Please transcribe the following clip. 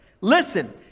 Listen